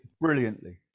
brilliantly